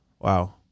wow